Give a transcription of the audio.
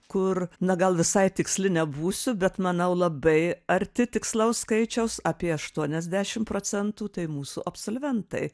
kur na gal visai tiksli nebūsiu bet manau labai arti tikslaus skaičiaus apie aštuoniasdešim procentų tai mūsų absolventai